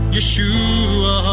Yeshua